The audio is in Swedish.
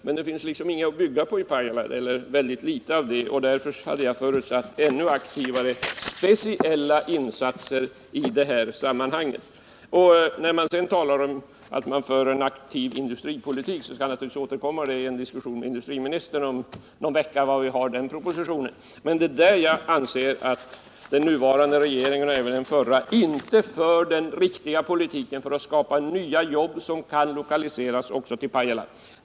I Pajala finns mycket litet att bygga på, och det fordras därför ännu aktivare och mer speciella insatser i detta sammanhang. I vad sedan gäller talet om att föra en aktiv industripolitik kan jag naturligtvis återkomma i en diskussion med industriministern om någon vecka, när propositionen på det området skall behandlas. Men jag anser att den nuvarande regeringen — och det gällde även den föregående —- inte för den riktiga politiken för att skapa nya jobb, som kan lokaliseras även till Pajala.